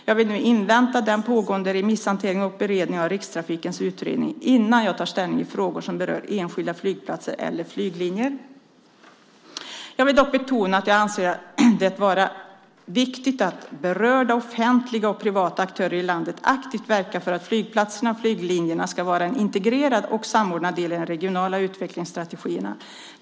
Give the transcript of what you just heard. Jag vill nu invänta den pågående remisshanteringen och beredningen av Rikstrafikens utredning innan jag tar ställning i frågor som berör enskilda flygplatser eller flyglinjer. Jag vill dock betona att jag anser det vara viktigt att berörda offentliga och privata aktörer i landet aktivt verkar för att flygplatserna och flyglinjerna ska vara en integrerad och samordnad del i de regionala utvecklingsstrategierna.